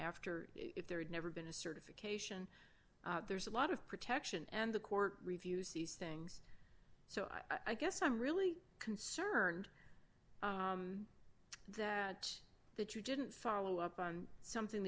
after if there had never been a certification there's a lot of protection and the court reviews these things so i guess i'm really concerned that that you didn't follow up on something